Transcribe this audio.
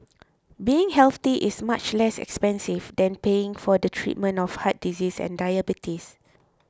being healthy is much less expensive than paying for the treatment of heart disease and diabetes